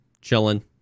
Chilling